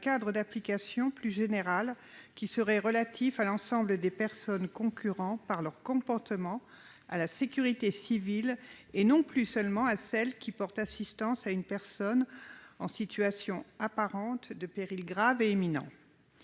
cadre d'application plus général, qui serait relatif à l'ensemble des personnes concourant, par leur comportement, à la sécurité civile, et non plus seulement à celles qui portent assistance à une personne en situation apparente de péril grave et imminent.